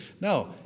No